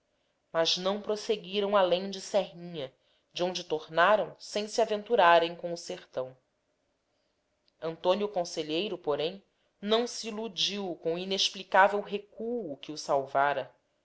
mas não prosseguiram além de serrinha de onde tornaram sem se aventurarem com o sertão antônio conselheiro porém não se iludiu com o inexplicável recuo que o salvara